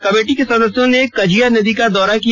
committee के सदस्यों ने कझिया नदी का दौरा किया